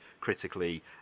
critically